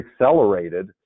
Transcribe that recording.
accelerated